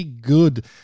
good